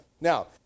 Now